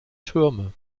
türme